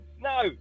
No